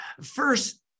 First